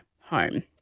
home